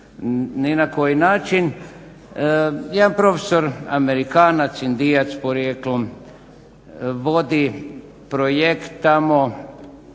ni na koji način. Jedan profesor amerikanac, indijac porijeklom vodi projekt tamo